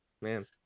man